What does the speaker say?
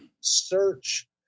search